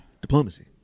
diplomacy